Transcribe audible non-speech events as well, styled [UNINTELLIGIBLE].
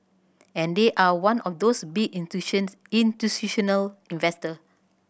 and they are one of those big [UNINTELLIGIBLE] institutional investor